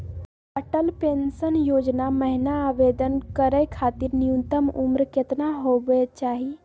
Atal pension Yojana महिना आवेदन करै खातिर न्युनतम उम्र केतना होवे चाही?